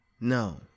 no